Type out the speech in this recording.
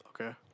Okay